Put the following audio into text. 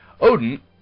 Odin